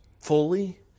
fully